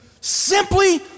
simply